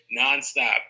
nonstop